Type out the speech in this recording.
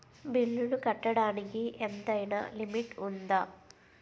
బిల్లులు కట్టడానికి ఎంతైనా లిమిట్ఉందా?